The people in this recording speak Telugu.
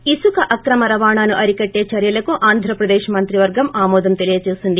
ణసుక అక్రమ రవాణాను అరికట్లే చర్యలకు ఆంధ్రప్రదేశ్ మంత్రివర్గం ఆమోదం తెలియజేసింది